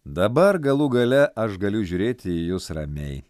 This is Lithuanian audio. dabar galų gale aš galiu žiūrėti į jus ramiai